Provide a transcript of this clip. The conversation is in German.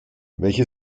welche